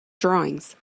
drawings